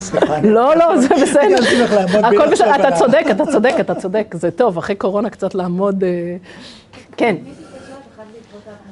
לא, לא, זה בסדר, אתה צודק, אתה צודק, אתה צודק, זה טוב אחרי קורונה קצת לעמוד, כן.